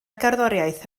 gerddoriaeth